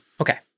Okay